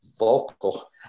Vocal